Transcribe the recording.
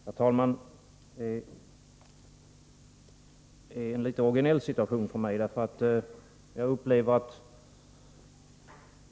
Herr talman! Detta är en litet originell situation för mig.